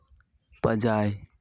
ᱯᱟᱸᱡᱟᱭ